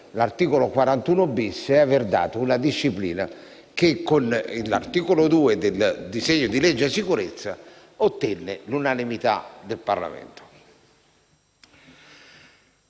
penitenziario e aver dato una disciplina che, con l'articolo 2 del disegno di legge sulla sicurezza, ottenne l'unanimità del Parlamento.